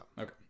Okay